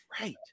right